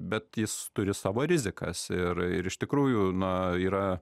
bet jis turi savo rizikas ir ir iš tikrųjų na yra